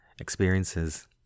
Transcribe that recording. experiences